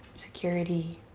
security.